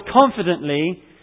confidently